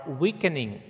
weakening